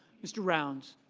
mr. rounds